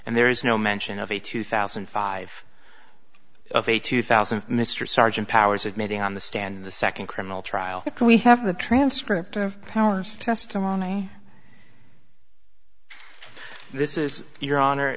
and there is no mention of a two thousand and five of a two thousand and mr sergeant powers admitting on the stand the second criminal trial we have the transcript of powers testimony this is your honor